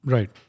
Right